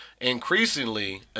Increasingly